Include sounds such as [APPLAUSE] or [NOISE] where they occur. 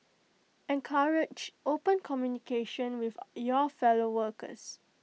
encourage open communication with [HESITATION] your fellow workers